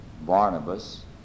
Barnabas